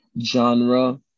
genre